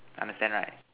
understand right